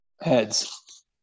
heads